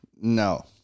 No